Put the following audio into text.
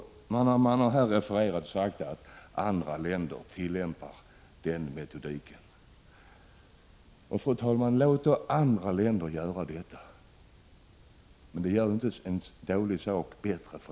Man har här refererat till att andra länder tillämpar en motsvarande metodik. Fru talman! Låt då andra länder göra detta — det gör inte en dålig sak bättre.